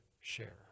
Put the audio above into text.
share